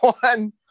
one